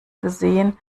gesehen